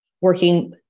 working